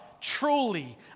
truly